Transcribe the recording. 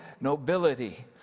nobility